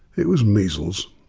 it was measles.